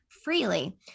freely